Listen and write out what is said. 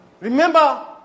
Remember